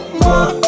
more